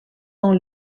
dans